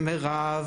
ומירב,